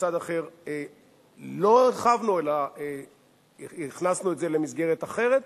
מצד אחר לא הרחבנו אלא הכנסנו את זה למסגרת אחרת.